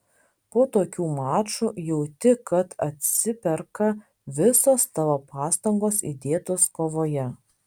po tokių mačų jauti kad atsiperka visos tavo pastangos įdėtos kovoje